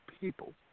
people